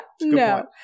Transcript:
no